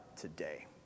today